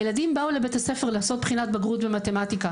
והילדים באו לבית הספר לעשות בחינת בגרות במתמטיקה.